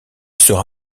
sera